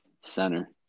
center